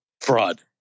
Fraud